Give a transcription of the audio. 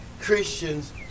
christians